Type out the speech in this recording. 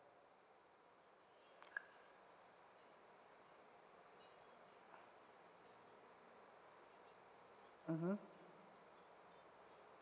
mmhmm